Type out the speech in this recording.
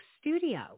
Studio